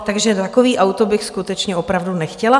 Takže takové auto bych skutečně opravdu nechtěla.